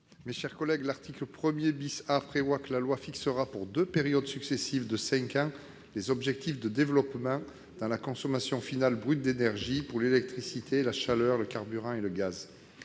M. Bernard Buis. L'article 1 A prévoit que la loi fixera, pour deux périodes successives de cinq ans, les objectifs de développement, dans la consommation finale brute d'énergie, pour l'électricité, la chaleur, le carburant et le gaz.